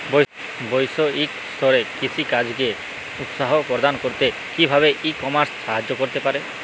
বৈষয়িক স্তরে কৃষিকাজকে উৎসাহ প্রদান করতে কিভাবে ই কমার্স সাহায্য করতে পারে?